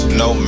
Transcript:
no